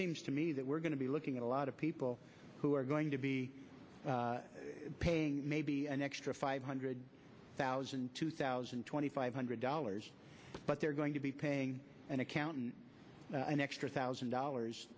seems to me that we're going to be looking at a lot of people who are going to be maybe an extra five hundred thousand two thousand and twenty five hundred dollars but they're going to be paying an accountant an extra thousand dollars